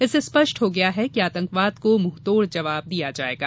इससे स्पष्ट हो गया कि आतंकवाद को मुंहतोड़ जवाब दिया जायेगा